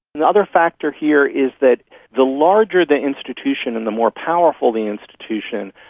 the other factor here is that the larger the institution and the more powerful the institution,